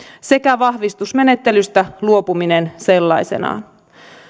sekä vahvistusmenettelystä luopuminen sellaisenaan